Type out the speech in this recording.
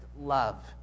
love